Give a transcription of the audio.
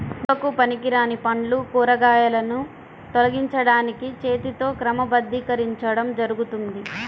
నిల్వకు పనికిరాని పండ్లు, కూరగాయలను తొలగించడానికి చేతితో క్రమబద్ధీకరించడం జరుగుతుంది